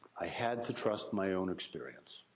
i had to trust my own experience.